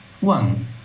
One